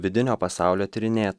vidinio pasaulio tyrinėt